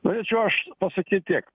norėčiau aš pasakyt tiek